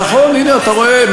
נכון, הנה, אתה רואה.